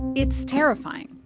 it's terrifying.